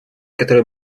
которые